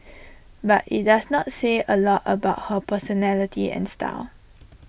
but IT does not say A lot about her personality and style